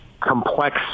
complex